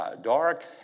dark